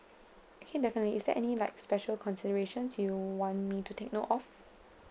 okay definitely is there any like special considerations you want me to take note of